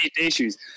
issues